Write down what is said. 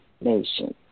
nation